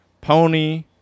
Pony